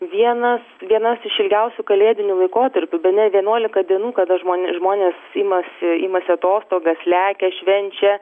vienas vienas iš ilgiausių kalėdinių laikotarpių bene vienuolika dienų kada žmoni žmonės imasi imasi atostogas lekia švenčia